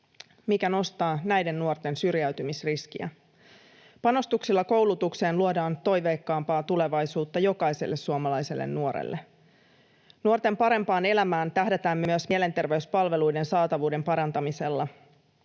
mikä nostaa näiden nuorten syrjäytymisriskiä. Panostuksilla koulutukseen luodaan toiveikkaampaa tulevaisuutta jokaiselle suomalaiselle nuorelle. Nuorten parempaan elämään tähdätään myös mielenterveyspalveluiden saatavuuden parantamisella.